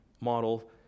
model